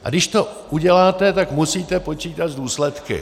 A když to uděláte, tak musíte počítat s důsledky.